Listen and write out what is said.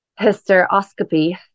hysteroscopy